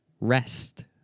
Rest